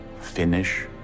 Finish